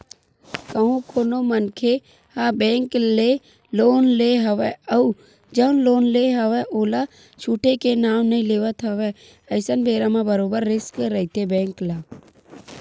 कहूँ कोनो मनखे ह बेंक ले लोन ले हवय अउ जउन लोन ले हवय ओला छूटे के नांव नइ लेवत हवय अइसन बेरा म बरोबर रिस्क रहिथे बेंक ल